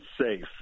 safe